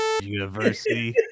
university